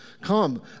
come